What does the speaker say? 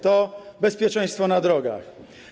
To bezpieczeństwo na drogach.